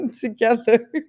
together